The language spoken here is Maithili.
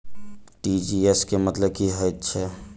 टी.जी.एस केँ मतलब की हएत छै?